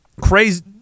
crazy